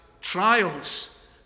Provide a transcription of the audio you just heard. trials